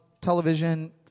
television